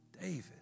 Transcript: David